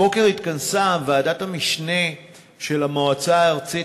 הבוקר התכנסה ועדת המשנה של המועצה הארצית